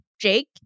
Jake